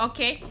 Okay